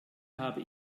habe